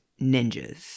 ninjas